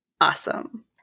awesome